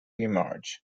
emerge